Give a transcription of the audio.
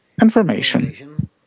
information